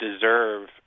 deserve